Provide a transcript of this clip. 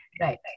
Right